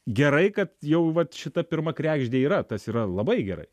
gerai kad jau vat šita pirma kregždė yra tas yra labai gerai